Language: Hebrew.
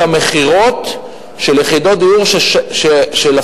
את המכירות של יחידות דיור של הסוכנות,